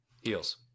Heels